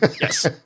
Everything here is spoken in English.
Yes